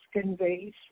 conveys